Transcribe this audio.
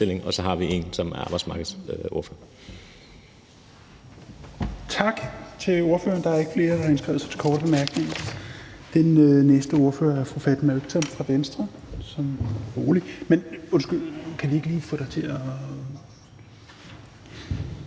og så har vi en, som er arbejdsmarkedsordfører.